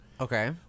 Okay